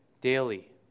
daily